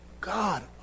God